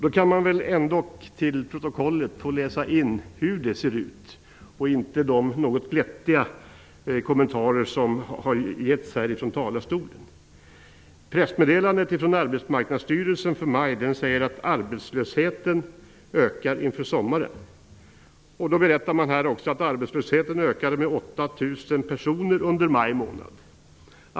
Då kan man väl ändå till protokollet få läsa in hur det ser ut, vilket är något annat än de något glättiga kommentarer som tidigare har uttalats från talarstolen. Pressmeddelandet från Arbetsmarknadsstyrelsen för maj säger att arbetslösheten ökar inför sommaren. Man berättar att arbetslösheten ökade med 8 000 personer under maj månad.